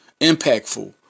impactful